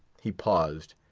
he paused.